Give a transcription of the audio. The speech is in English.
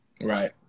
Right